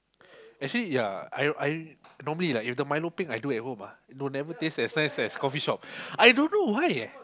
actually ya I I normally right if the milo peng I do at home ah it will never taste as nice as the coffee shop I don't know why eh